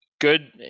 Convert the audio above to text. good